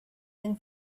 been